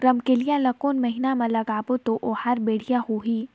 रमकेलिया ला कोन महीना मा लगाबो ता ओहार बेडिया होही?